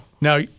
Now